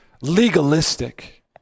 legalistic